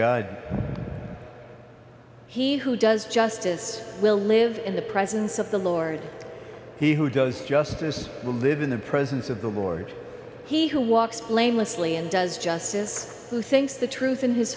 god he who does justice will live in the presence of the lord he who does justice will live in the presence of the board he who walks blamelessly and does justice who thinks the truth in his